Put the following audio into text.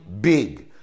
big